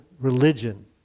religion